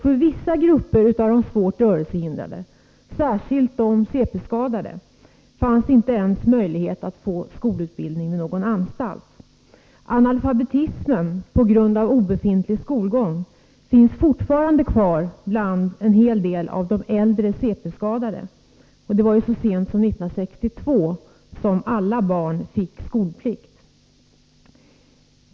För vissa grupper av de svårt rörelsehindrade, särskilt de cp-skadade, fanns inte ens möjlighet till skolutbildning vid någon anstalt. Analfabetism på grund av obefintlig skolgång finns fortfarande kvar bland en hel del äldre cp-skadade. Så sent som 1962 fick alla barn skolplikt.